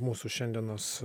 mūsų šiandienos